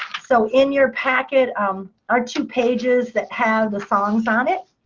so in your packet um are two pages that have the songs on it.